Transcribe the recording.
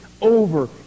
over